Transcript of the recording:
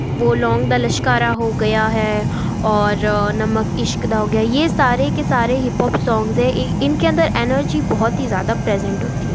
वो लौंग दा लश्कारा हो गया है और नमक इश्क दा हो गया ये सारे के सारे हीपोप सोन्गज़ हैं इनके अंदर एनर्जी बहुत ही ज़्यादा प्रेज़ेंट होती है